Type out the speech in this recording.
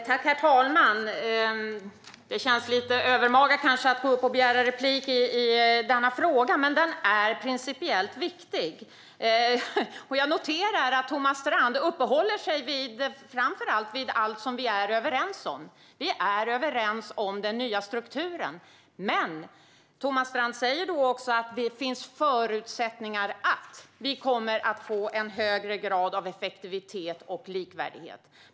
Herr talman! Det känns kanske lite övermaga att begära replik i denna fråga, men den är principiellt viktig. Jag noterar att Thomas Strand framför allt uppehåller sig vid allt som vi är överens om. Vi är överens om den nya strukturen. Thomas Strand säger också att det finns förutsättningar för att vi kommer att få en högre grad av effektivitet och likvärdighet.